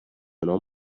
نام